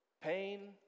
pain